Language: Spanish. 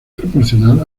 proporcional